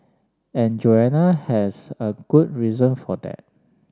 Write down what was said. and Joanna has a good reason for that